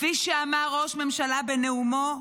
כפי שאמר ראש הממשלה בנאומו: